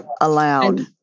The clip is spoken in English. Allowed